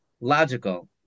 logical